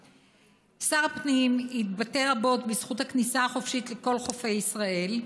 שר הפנים התבטא רבות בזכות הכניסה החופשית לכל חופי ישראל,